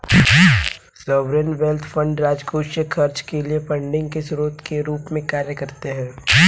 sovereign wealth fund राजकोषीय खर्च के लिए फंडिंग के स्रोत के रूप में कार्य करते हैं